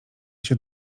się